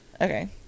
Okay